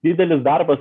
didelis darbas